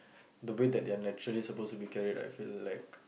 the way that they're naturally suppose to be carried I feel like